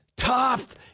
tough